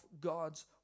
God's